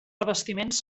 revestiments